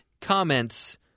comments